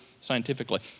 scientifically